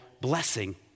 blessing